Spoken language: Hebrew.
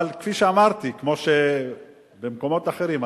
אבל כפי שאמרתי במקומות אחרים,